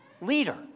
leader